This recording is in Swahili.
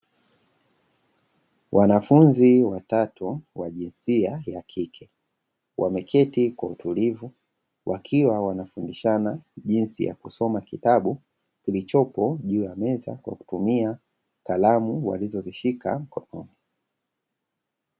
Wanafunzi watatu wa jinsia ya kike, wameketi kwa utulivu wakiwa wanafundishana jinsi ya kusoma kitabu kilichopo juu ya meza, kwa kutumia kalamu walizozishika mkononi.